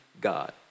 God